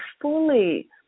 fully